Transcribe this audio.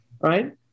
right